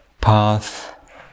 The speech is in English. path